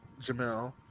Jamel